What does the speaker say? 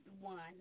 one